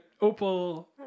Opal